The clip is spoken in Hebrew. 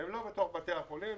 והם לא בתוך בתי החולים.